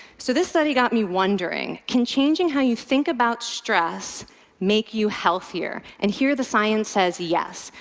so this study got me wondering can changing how you think about stress make you healthier? and here the science says yes.